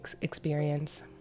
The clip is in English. experience